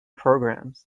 programmes